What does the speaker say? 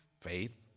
Faith